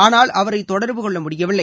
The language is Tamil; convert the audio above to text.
ஆனால் அவரை தொடர்பு கொள்ள முடியவில்லை